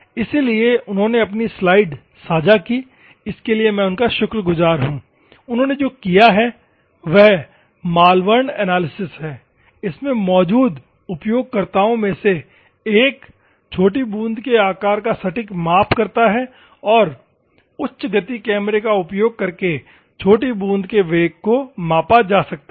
इसलिए उन्होंने अपनी स्लाइड साझा की इसके लिए मैं उनका शुक्रगुजार हु उन्होंने जो किया है वह माल्वर्न एनालिसिस इसमें मौजूद उपयोगकर्ताओं में से एक छोटी बूंद के आकार का सटीक माप करता है और उच्च गति वाले कैमरे का उपयोग करके छोटी बूंद के वेग को मापा जाता है